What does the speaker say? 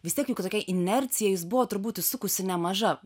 vis tiek juk tokia inercija jus buvo turbūt išsukusi nemaža